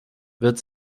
wird